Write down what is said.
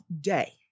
day